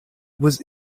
was